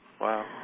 Wow